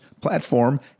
platform